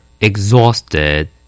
Exhausted